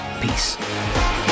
Peace